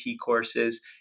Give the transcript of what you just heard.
courses